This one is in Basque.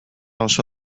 oso